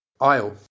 Aisle